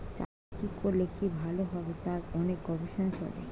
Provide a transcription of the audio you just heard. চাষের কি করলে কি ভালো হবে তার অনেক গবেষণা চলে